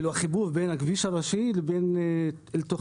כלומר, החיבור בין הכביש הראשי אל תוך היישוב.